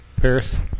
Paris